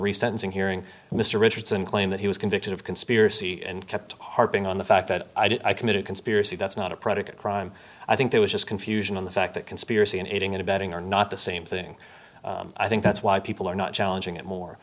sentencing hearing mr richardson claim that he was convicted of conspiracy and kept harping on the fact that i committed conspiracy that's not a predicate crime i think there was just confusion in the fact that conspiracy and aiding and abetting are not the same thing i think that's why people are not challenging it more